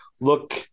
look